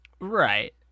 right